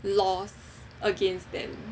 laws against them